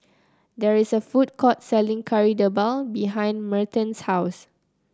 there is a food court selling Kari Debal behind Merton's house